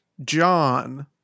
John